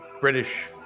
British